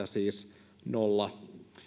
siis nolla